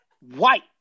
white